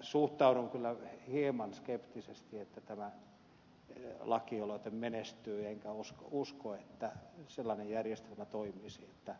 suhtaudun kyllä hieman skeptisesti siihen että tämä lakialoite menestyy enkä usko että sellainen järjestelmä toimisi että